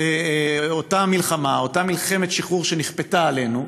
אותה מלחמה, אותה מלחמת שחרור שנכפתה עלינו,